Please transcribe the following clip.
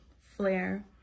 flare